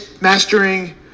mastering